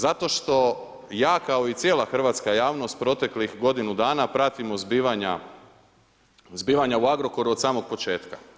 Zato što ja kao i cijela hrvatska javnost proteklih godina dana pratimo zbivanja u Agrokoru od samog početka.